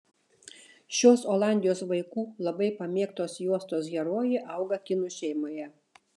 šios olandijos vaikų labai pamėgtos juostos herojė auga kinų šeimoje